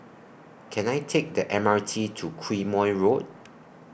Can I Take The M R T to Quemoy Road